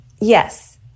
Yes